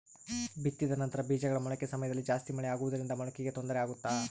ಬಿತ್ತಿದ ನಂತರ ಬೇಜಗಳ ಮೊಳಕೆ ಸಮಯದಲ್ಲಿ ಜಾಸ್ತಿ ಮಳೆ ಆಗುವುದರಿಂದ ಮೊಳಕೆಗೆ ತೊಂದರೆ ಆಗುತ್ತಾ?